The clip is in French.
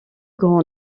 grand